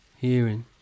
hearing